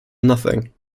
nothing